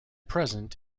present